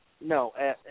No